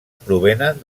provenen